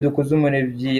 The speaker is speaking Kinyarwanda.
dukuzumuremyi